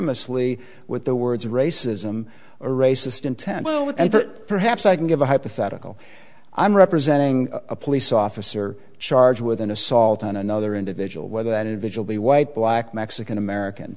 anonymously with the words of racism or racist intent and perhaps i can give a hypothetical i'm representing a police officer charged with an assault on another individual whether that individual be white black mexican american